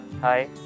Hi